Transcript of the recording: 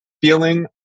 feeling